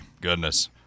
Goodness